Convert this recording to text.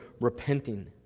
repenting